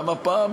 גם הפעם,